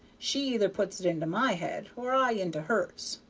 she either puts it into my head or i into hers.